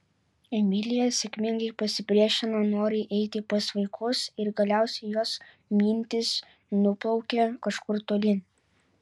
emilija sėkmingai pasipriešino norui eiti pas vaikus ir galiausiai jos mintys nuplaukė kažkur tolyn